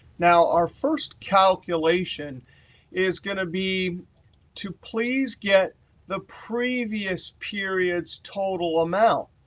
now our first calculation is going to be to please get the previous period's total amount.